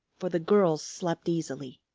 for the girls slept easily.